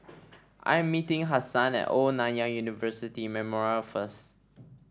I am meeting Hassan at Old Nanyang University Memorial first